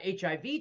HIV